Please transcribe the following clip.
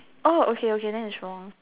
oh okay okay then it's wrong